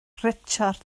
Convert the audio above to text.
richard